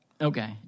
Okay